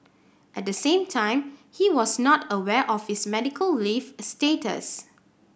at the time he was not aware of his medical leave status